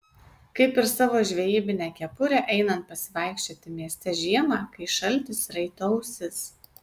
kaip ir savo žvejybinę kepurę einant pasivaikščioti mieste žiemą kai šaltis raito ausis